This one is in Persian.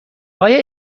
آیا